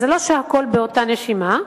אז זה לא שהכול באותה נשימה,